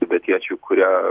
tibetiečių kurie